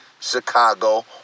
Chicago